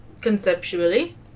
conceptually